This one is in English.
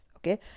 Okay